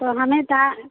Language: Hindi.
तो हमें ता